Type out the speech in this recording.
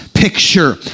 Picture